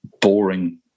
boring